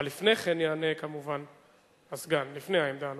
אבל לפני כן יענה כמובן הסגן, לפני העמדה הנוספת.